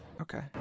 Okay